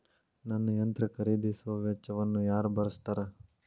ನನ್ನ ಯಂತ್ರ ಖರೇದಿಸುವ ವೆಚ್ಚವನ್ನು ಯಾರ ಭರ್ಸತಾರ್?